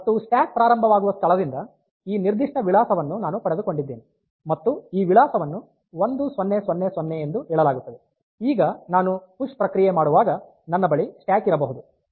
ಮತ್ತು ಸ್ಟ್ಯಾಕ್ ಪ್ರಾರಂಭವಾಗುವ ಸ್ಥಳದಿಂದ ಈ ನಿರ್ದಿಷ್ಟ ವಿಳಾಸವನ್ನು ನಾನು ಪಡೆದುಕೊಂಡಿದ್ದೇನೆ ಮತ್ತು ಈ ವಿಳಾಸವನ್ನು 1000 ಎಂದು ಹೇಳಲಾಗುತ್ತದೆ ಈಗ ನಾನು ಪುಶ್ ಪ್ರಕ್ರಿಯೆ ಮಾಡುವಾಗ ನನ್ನ ಬಳಿ ಸ್ಟ್ಯಾಕ್ ಇರಬಹುದು